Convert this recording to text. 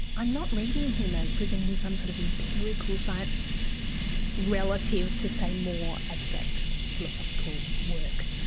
i'm not reading him as presenting some sort of empirical science relative to say, more abstract philosophical work.